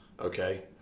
okay